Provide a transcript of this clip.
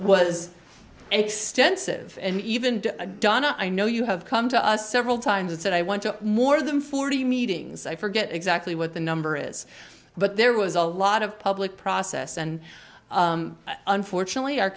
was extensive and even a donna i know you have come to us several times and said i want to more than forty meetings i forget exactly what the number is but there was a lot of public process and unfortunately our